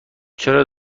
چرا